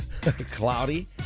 cloudy